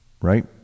right